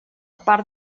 part